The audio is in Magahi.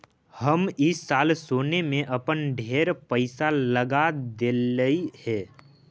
हम ई साल सोने में अपन ढेर पईसा लगा देलिअई हे